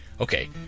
Okay